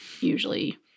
usually